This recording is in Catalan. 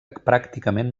pràcticament